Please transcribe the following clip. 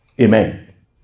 amen